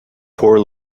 poor